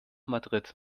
madrid